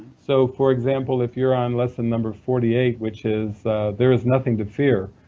so for example, if you're on lesson number forty eight, which is there is nothing to fear,